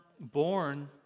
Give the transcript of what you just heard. born